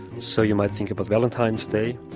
so you might think about valentine's day,